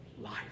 life